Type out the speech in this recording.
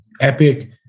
epic